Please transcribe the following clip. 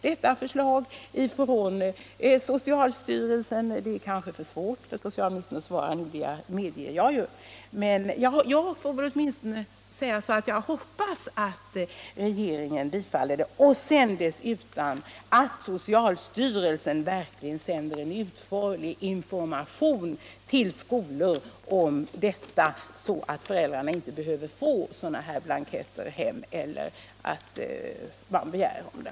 Jag förstår att socialministern inte kan svara på om regeringen tänker bifalla detta förslag, men jag hoppas att den gör det och att socialstyrelsen sedan skickar ut utförlig information till skolorna så att föräldrar inte behöver få sådana här gamla blanketter hem.